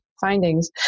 findings